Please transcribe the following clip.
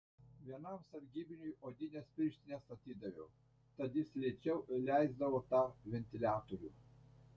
vienam sargybiniui odines pirštines atidaviau tad jis lėčiau leisdavo tą ventiliatorių